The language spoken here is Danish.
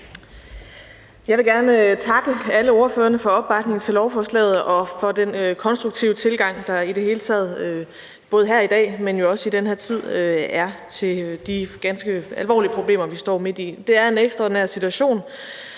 Jeg vil gerne takke alle ordførerne for opbakningen til lovforslaget og for den konstruktive tilgang, der i det hele taget – både her i dag, men jo også i den her tid – er til de ganske alvorlige problemer, vi står midt i. Det er en ekstraordinær situation,